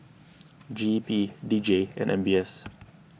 G E P D J and M B S